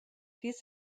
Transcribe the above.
dies